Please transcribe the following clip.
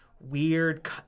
weird